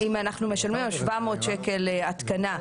אם אנחנו משלמים 700 שקל עבור התקנה,